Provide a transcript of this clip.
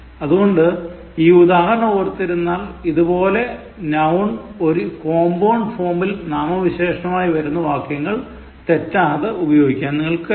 അതുകോണ്ട് ഈ ഉദാഹരണം ഓർത്തിരുന്നാൽ ഇതുപോലെ noun ഒരു compound form ഇൽ നാമവിശേഷണമായി വരുന്ന വാക്യങ്ങൾ തെറ്റാതെ ഉപയോഗിക്കാൻ നിങ്ങൾക്കു കഴിയും